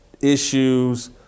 issues